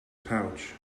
pouch